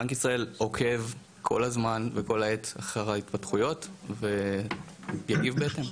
בנק ישראל עוקב כל הזמן וכל העת אחר ההתפתחויות ויגיב בהתאם.